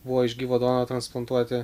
buvo iš gyvo donoro transplantuoti